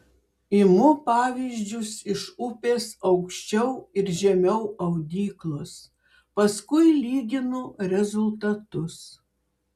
imu pavyzdžius iš upės aukščiau ir žemiau audyklos paskui lyginu rezultatus